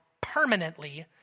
permanently